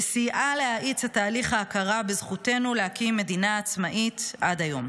וסייעה להאיץ את תהליך ההכרה בזכותנו להקים מדינה עצמאית עד היום.